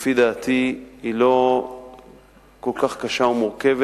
לפי דעתי, היא לא כל כך קשה ומורכבת.